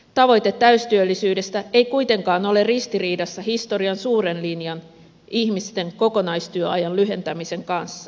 tavoite täystyöllisyydestä ei kuitenkaan ole ristiriidassa historian suuren linjan ihmisten kokonaistyöajan lyhentämisen kanssa